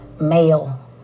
male